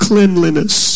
cleanliness